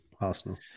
arsenal